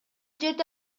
жерде